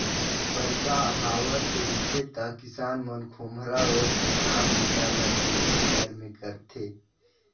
बरसा हावत रिथे त किसान मन खोम्हरा ओएढ़ के काम बूता ल खेती खाएर मे करथे